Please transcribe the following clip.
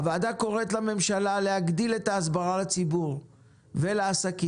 הוועדה קוראת לממשלה להרחיב את ההסברה לציבור ולעסקים,